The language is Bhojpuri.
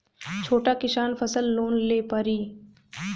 छोटा किसान फसल लोन ले पारी?